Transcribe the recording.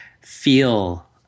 feel